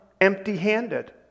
empty-handed